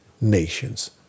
nations